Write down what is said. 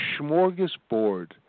smorgasbord